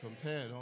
compared